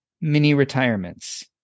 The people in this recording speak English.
mini-retirements